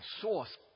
source